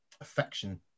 affection